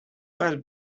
must